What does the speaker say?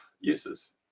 uses